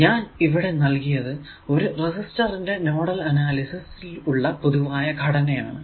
ഞാൻ ഇവിടെ നൽകിയത് ഒരു റെസിസ്റ്റർ ന്റെ നോഡൽ അനാലിസിസ് ൽ ഉള്ള പൊതുവായ ഘടന ആണ്